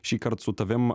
šįkart su tavim